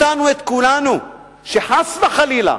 אותנו, את כולנו, שחס וחלילה,